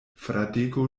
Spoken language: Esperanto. fradeko